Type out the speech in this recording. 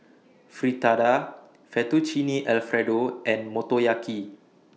Fritada Fettuccine Alfredo and Motoyaki